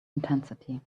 intensity